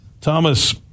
Thomas